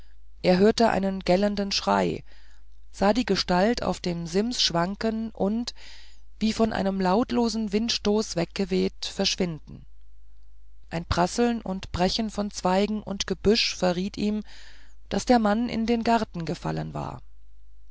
er hörte einen gellenden schrei sah die gestalt auf dem sims schwanken und wie von einem lautlosen windstoß weggeweht verschwinden das prasseln und brechen von zweigen und gebüsch verriet ihm daß der mann in den garten gefallen war